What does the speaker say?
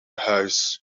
huis